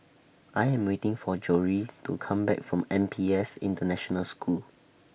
I Am waiting For Jory to Come Back from N P S International School